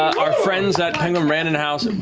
our friends at penguin ran-don house,